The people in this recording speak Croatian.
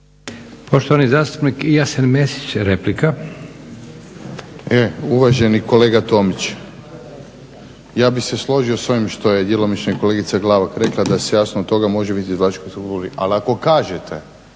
poštovani zastupniče. Jasen Mesić, poštovani